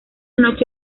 noche